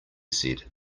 said